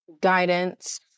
guidance